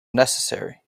necessary